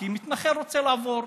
כי מתנחל רוצה לעבור.